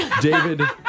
David